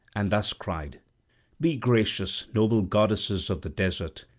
and thus cried be gracious, noble goddesses of the desert,